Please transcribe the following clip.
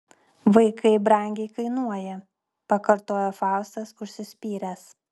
vaikai brangiai kainuoja pakartoja faustas užsispyręs